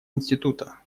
института